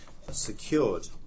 secured